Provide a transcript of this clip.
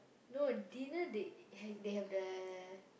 no dinner they h~ they have the